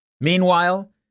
Meanwhile